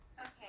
Okay